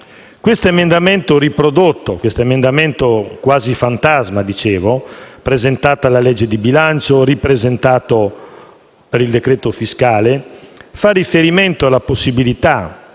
Questo emendamento riprodotto, quasi fantasma, presentato al disegno di legge di bilancio e ripresentato per il decreto fiscale, fa riferimento alla possibilità